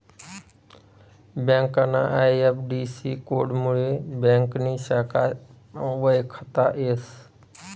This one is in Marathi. ब्यांकना आय.एफ.सी.कोडमुये ब्यांकनी शाखा वयखता येस